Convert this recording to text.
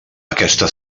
aquesta